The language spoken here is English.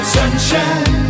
Sunshine